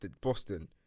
Boston